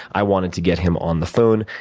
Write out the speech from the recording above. i wanted to get him on the phone.